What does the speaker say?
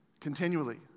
continually